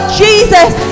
jesus